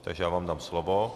Takže já vám dám slovo.